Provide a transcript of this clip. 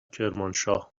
کرمانشاه